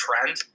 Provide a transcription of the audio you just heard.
trend